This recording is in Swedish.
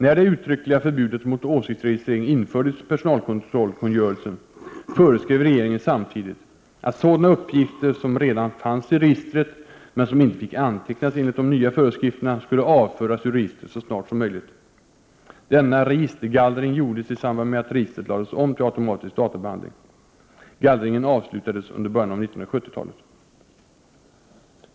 När det uttryckliga förbudet mot åsiktsregistrering infördes i personalkontrollkungörelsen, föreskrev regeringen samtidigt att sådana uppgifter som redan fanns i registret, men som inte fick antecknas enligt de nya föreskrifterna, skulle avföras ur registret så snart som möjligt. Denna registergallring gjordes i samband med att registret lades om till automatisk databehandling. Gallringen avslutades under början av 1970-talet.